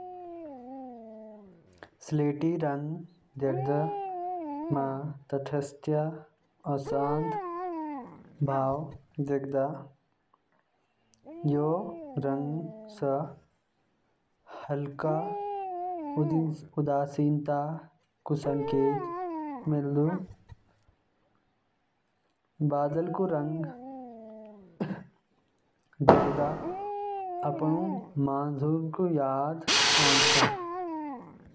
स्लेटी रंग देखदा म तटस्थता और शांत भाव देखदा। यो रंग स हल्का उदासीनता क संकेत मिलदा। बादल क रंग देखदा अपण मानसून क याद आउंछ।